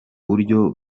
buryo